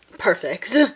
perfect